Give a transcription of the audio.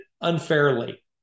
unfairly